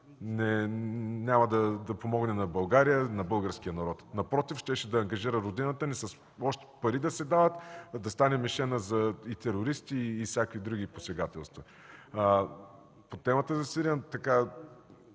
няма да помогне на България, на българския народ. Напротив, щеше да ангажира родината ни още пари да се дават, да стане мишена за терористи и всякакви други посегателства. По темата за Сирия и